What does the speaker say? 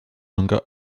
nunca